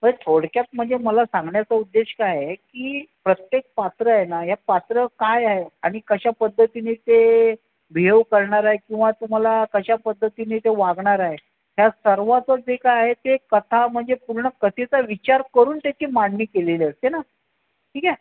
थोडक्यात म्हणजे मला सांगण्याचा उद्देश काय आहे की प्रत्येक पात्र आहे ना ह्या पात्र काय आहे आणि कशा पद्धतीने ते बिहेव करणार आहे किंवा तुम्हाला कशा पद्धतीने ते वागणार आहे त्या सर्वाचं जे काय आहे ते कथा म्हणजे पूर्ण कथेचा विचार करून त्याची मांडणी केलेली असते ना ठीक आहे